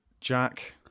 jack